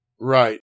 Right